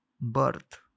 birth